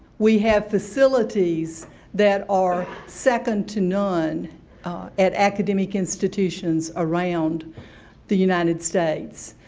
we have facilities that are second to none at academic institutions around the united states.